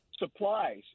Supplies